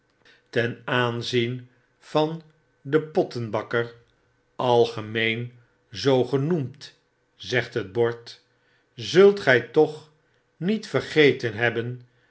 ten aanzien van den pottenbakker algemeen zoo genoemd zegt het bord zult gy toch niet vergeten hebben